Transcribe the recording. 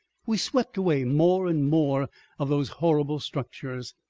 we swept away more and more of those horrible structures,